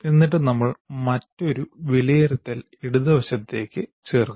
എന്നിട്ട് നമ്മൾ മറ്റൊരു 'വിലയിരുത്തൽ' ഇടതുവശത്ത് ചേർക്കുന്നു